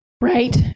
Right